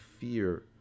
fear